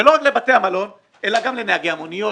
ולא רק לבתי המלון אלא גם לנהגי המוניות